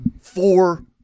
four